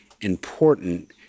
important